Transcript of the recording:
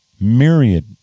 myriad